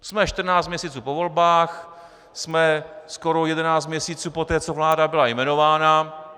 Jsme 14 měsíců po volbách, jsme skoro 11 měsíců poté, co vláda byla jmenována.